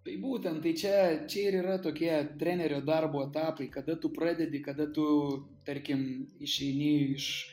tai būtent tai čia čia ir yra tokie trenerio darbo etapai kada tu pradedi kada tu tarkim išeini iš